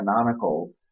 canonical